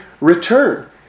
return